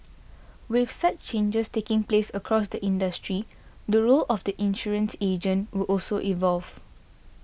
with such changes taking place across the industry the role of the insurance agent will also evolve